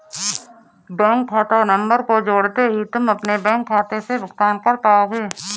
bank खाता number को जोड़ते ही तुम अपने बैंक खाते से भुगतान कर पाओगे